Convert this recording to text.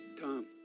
Tom